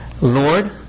Lord